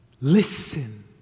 Listen